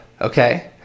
okay